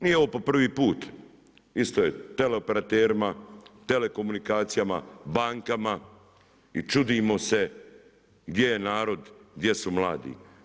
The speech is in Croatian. Nije ovo po prvi put, isto je tele operaterima, telekomunikacijama, bankama i čudimo se gdje je narod, gdje su mladi.